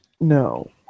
No